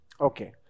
Okay